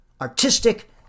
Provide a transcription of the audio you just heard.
artistic